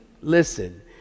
listen